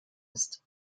ist